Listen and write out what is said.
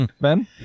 Ben